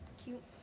cute